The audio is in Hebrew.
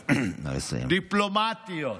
דיפלומטיות.